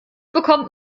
bekommt